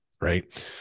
right